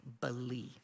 believe